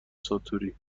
ساتوری